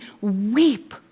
weep